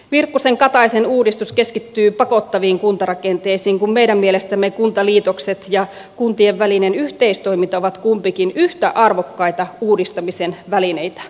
virkkusenkataisen uudistus keskittyy pakottaviin kuntarakenteisiin kun meidän mielestämme kuntaliitokset ja kuntien välinen yhteistoiminta ovat kumpikin yhtä arvokkaita uudistamisen välineitä